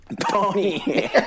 Pony